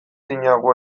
dinagu